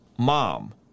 mom